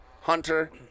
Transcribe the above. Hunter